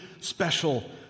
special